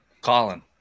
Colin